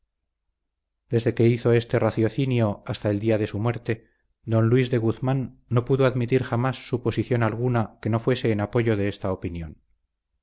desde que hizo este raciocinio hasta el día de su muerte don luis de guzmán no pudo admitir jamás suposición alguna que no fuese en apoyo de esta opinión